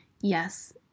Yes